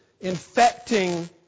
infecting